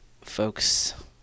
folks